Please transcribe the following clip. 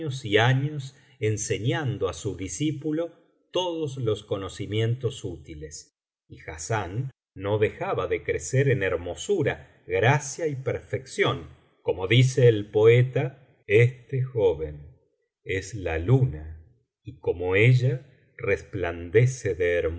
años enseñando á su discípulo todos los conocimientos útiles yhassán no dejaba de crecer en hermosura gracia y perfección como dice el poeta este joven es la luna y como ella resplandece de